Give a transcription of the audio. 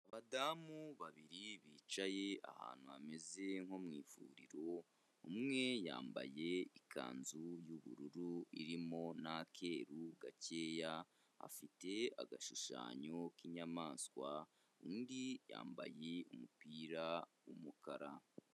Abadamu babiri bicaye ahantu hameze nko mu ivuriro, umwe yambaye ikanzu y’ubururu irimo n’akeru gakeya, afite agashushanyo k'inyamaswa, undi yambaye umupira w’umukara.